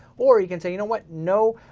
or you can say, you know what? no,